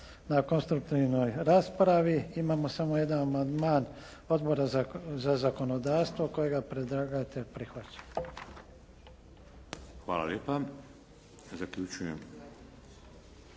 na konstruktivnoj raspravi. Imamo samo jedan amandman Odbora za zakonodavstvo kojega predlagatelj prihvaća. **Šeks, Vladimir